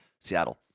Seattle